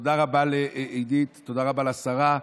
תודה רבה לעידית, תודה רבה לשרה,